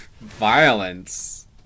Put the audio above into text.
Violence